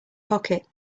pocket